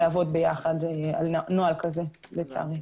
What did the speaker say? לעבוד יחד על נוהל כזה, לצערי.